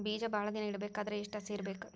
ಬೇಜ ಭಾಳ ದಿನ ಇಡಬೇಕಾದರ ಎಷ್ಟು ಹಸಿ ಇರಬೇಕು?